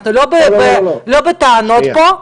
אנחנו לא בטיעונים פה.